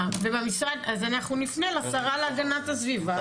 אז אנחנו נפנה לשרה להגנת הסביבה.